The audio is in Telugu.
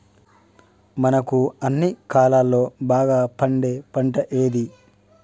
మనకు అన్ని కాలాల్లో బాగా పండే పంట ఏది?